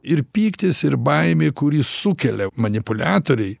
ir pyktis ir baimė kurį sukelia manipuliatoriai